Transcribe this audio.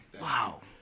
Wow